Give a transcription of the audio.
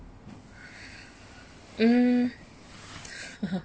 mm